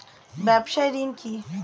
ব্যবসায় ঋণ কি?